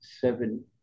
seven